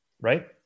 Right